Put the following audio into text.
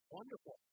Wonderful